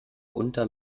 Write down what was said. unter